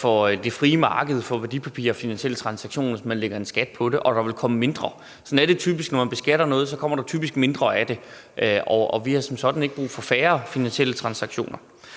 for det frie marked for værdipapirer og finansielle transaktioner, hvis man lægger en skat på det, og der vil komme mindre af det. Sådan er det typisk, når man beskatter noget – så kommer der typisk mindre af det. Og vi har som sådan ikke brug for færre finansielle transaktioner.